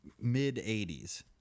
mid-80s